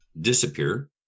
disappear